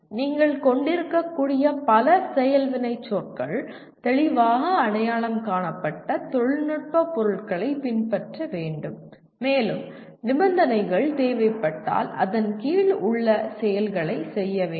நீங்கள் கொண்டிருக்கக்கூடிய பல செயல் வினைச்சொற்கள் தெளிவாக அடையாளம் காணப்பட்ட தொழில்நுட்ப பொருள்களைப் பின்பற்ற வேண்டும் மேலும் நிபந்தனைகள் தேவைப்பட்டால் அதன் கீழ் உள்ள செயல்களைச் செய்ய வேண்டும்